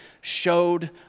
showed